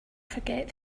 forget